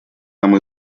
нам